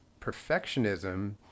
perfectionism